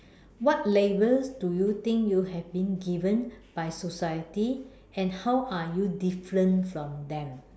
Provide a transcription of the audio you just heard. what labels do you think you have been given by society and how are you different from them